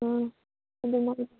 ꯑꯣ ꯑꯗꯨꯃꯛꯅꯤ